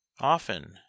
Often